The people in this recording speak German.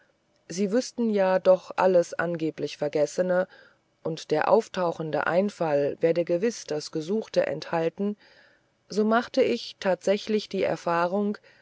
sie wüßten ja doch alles angeblich vergessene und der auftauchende einfall werde gewiß das gesuchte enthalten so machte ich tatsächlich die erfahrung